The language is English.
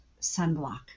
sunblock